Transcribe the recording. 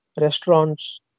restaurants